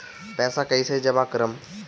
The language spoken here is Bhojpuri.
पैसा कईसे जामा करम?